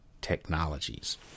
technologies